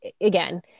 again